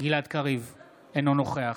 אינו נוכח